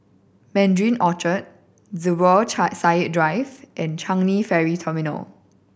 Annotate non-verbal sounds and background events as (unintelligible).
Mandarin Orchard Zubir (unintelligible) Said Drive and Changi Ferry Terminal